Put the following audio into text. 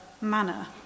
manner